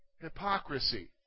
Hypocrisy